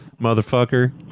motherfucker